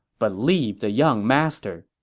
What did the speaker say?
but leave the young master.